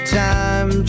time